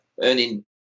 earning